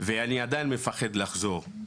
ואני עדיין מפחד לחזור.